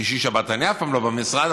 שישי-שבת אני אף פעם לא במשרד,